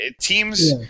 teams